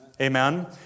Amen